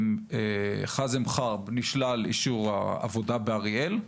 חאזם חארב, נשלל אישור העבודה באריאל.